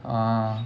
ah